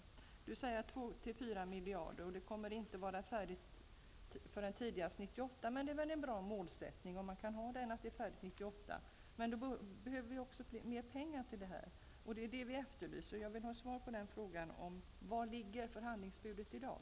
Kommunikationsministern sade att det kommer att kosta 2--4 miljarder och att det inte kommer att vara färdig förrän tidigast 1998. Det vore en bra målsättning att det blir färdigt 1998, men det behövs också mer pengar till detta. Det är det vi efterlyser. Jag vill ha svar på frågan: Var ligger förhandlingsbudet i dag?